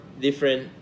different